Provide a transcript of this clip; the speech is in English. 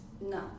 no